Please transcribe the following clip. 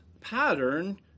pattern